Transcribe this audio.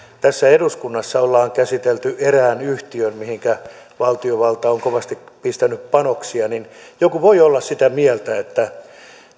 tässä eduskunnassa ollaan käsitelty erästä yhtiötä mihinkä valtiovalta on kovasti pistänyt panoksia ja joku voi olla sitä mieltä että